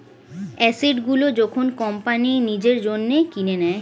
asset গুলো যখন company নিজের জন্য কিনে নেয়